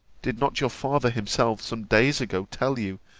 did not your father himself some days ago tell you,